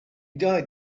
died